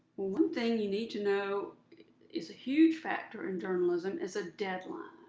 one thing you need to know is a huge factor in journalism, is a deadline.